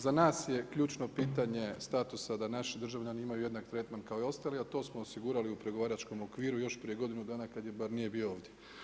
Za nas je ključno pitanje statusa da naši državljani imaju jednak tretman kao i ostali a to smo osigurali u pregovaračkom okviru još prije godinu dana kada je Barnier bio ovdje.